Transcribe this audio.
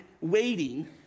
waiting